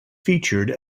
featured